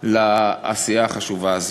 לעשייה החשובה הזאת.